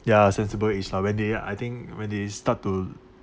ya sensible age lah when they I think when they start to